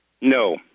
No